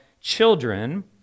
children